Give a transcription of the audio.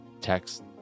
text